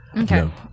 Okay